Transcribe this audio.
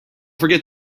forget